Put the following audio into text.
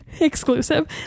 exclusive